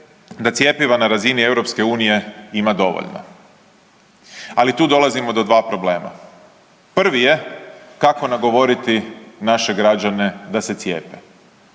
da cjepiva na razini EU ima dovoljno, ali tu dolazimo do dva problema. Prvi je kako nagovoriti naše građane da se cijepe.